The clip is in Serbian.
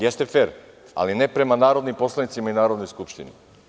Jeste fer, ali ne prema narodnim poslanicima i Narodnoj skupštini.